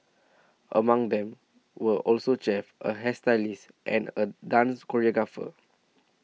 among them were also chefs a hairstylist and a dance choreographer